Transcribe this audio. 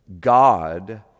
God